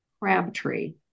Crabtree